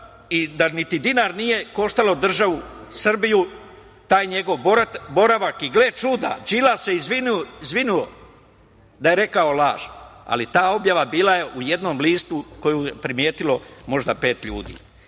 i da ni dinar nije koštao državu Srbiju taj njegov boravak. Gle čuda, Đilas se izvinio da je rekao laž, ali ta objava bila je u jednom listu koju je primetilo možda pet